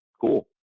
cool